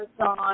Amazon